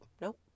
Nope